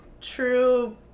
true